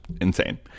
insane